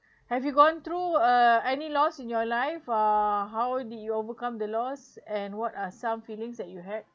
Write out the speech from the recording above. have you gone through uh any loss in your life uh how did you overcome the loss and what are some feelings that you had